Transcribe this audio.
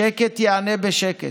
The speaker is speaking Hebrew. שקט ייענה בשקט,